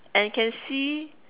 and can see